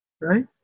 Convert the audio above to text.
Right